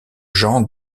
jean